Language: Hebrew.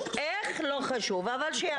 איך, לא חשוב, אבל שיעבדו.